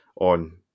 on